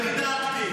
אצלי יצא.